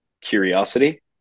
Curiosity